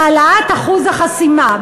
העלאת אחוז החסימה,